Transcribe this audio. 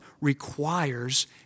requires